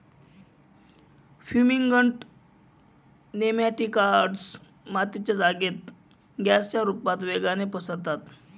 fumigant nematicides मातीच्या जागेत गॅसच्या रुपता वेगाने पसरतात